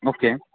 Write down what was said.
okay